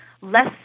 less